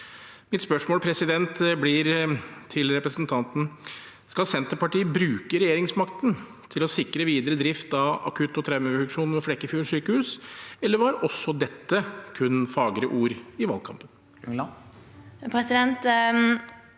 Mitt spørsmål til representanten Klungland blir: Skal Senterpartiet bruke regjeringsmakten til å sikre videre drift av akutt- og traumefunksjonen ved Flekkefjord sykehus, eller var også dette kun fagre ord i valgkampen?